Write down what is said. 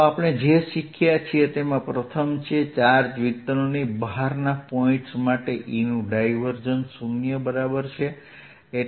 તો આપણે જે શીખ્યા છે તેમાં પ્રથમ છે ચાર્જ વિતરણની બહારના પોઇન્ટસ માટે E નું ડાયવર્જન્સ શૂન્ય બરાબર છે